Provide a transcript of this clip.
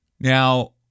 Now